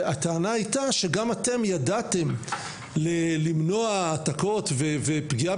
הטענה הייתה שגם אתם ידעתם למנוע העתקות ופגיעה